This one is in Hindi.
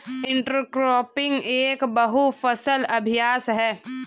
इंटरक्रॉपिंग एक बहु फसल अभ्यास है